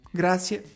grazie